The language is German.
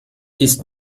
ist